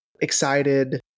excited